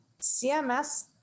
cms